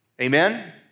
Amen